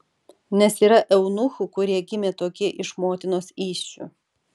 nes yra eunuchų kurie gimė tokie iš motinos įsčių